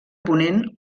ponent